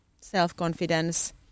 self-confidence